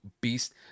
beast